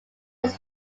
his